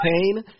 pain